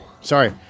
sorry